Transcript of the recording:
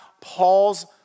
Paul's